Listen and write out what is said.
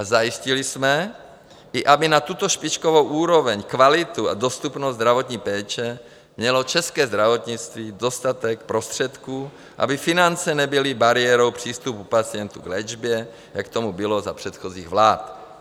Zajistili jsme, aby na tuto špičkovou úroveň, kvalitu a dostupnost zdravotní péče mělo české zdravotnictví dostatek prostředků, aby finance nebyly bariérou k přístupu pacientů k léčbě, jak tomu bylo za předchozích vlád.